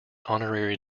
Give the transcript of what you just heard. honorary